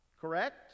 Correct